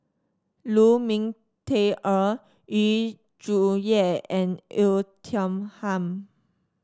Lu Ming Teh Earl Yu Zhuye and Oei Tiong Ham